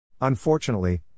Unfortunately